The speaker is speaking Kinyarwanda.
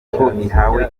ihawe